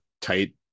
tight